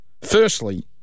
Firstly